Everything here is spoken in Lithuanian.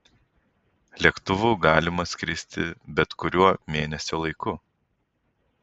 lėktuvu galima skristi bet kuriuo mėnesio laiku